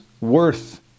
worth